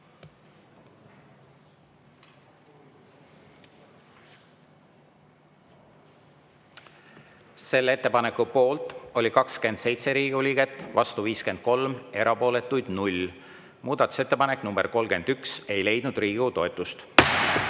Selle ettepaneku poolt oli 21 Riigikogu liiget, vastu 53, erapooletuid 1. Muudatusettepanek nr 30 ei leidnud Riigikogu